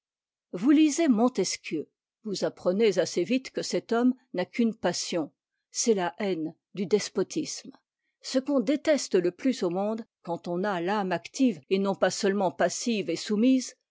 vous lisez montesquieu vous apprenez assez vite que cet homme n'a qu'une passion c'est la haine du despotisme ce qu'on déteste le plus au monde quand on a l'âme active et non pas seulement passive et soumise